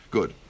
Good